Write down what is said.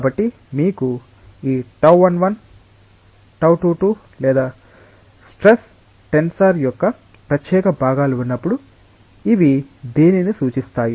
కాబట్టి మీకు ఈ τ11 τ22 లేదా స్ట్రెస్ టెన్సర్ యొక్క ప్రత్యేక భాగాలు ఉన్నప్పుడు ఇవి దేనిని సూచిస్తాయి